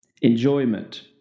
enjoyment